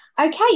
Okay